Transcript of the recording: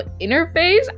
interface